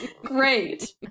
Great